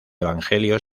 evangelio